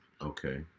okay